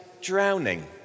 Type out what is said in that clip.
drowning